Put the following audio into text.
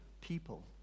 people